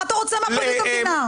מה אתה רוצה מפרקליטות המדינה?